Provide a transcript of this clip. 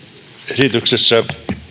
esityksessä